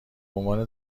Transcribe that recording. عنوان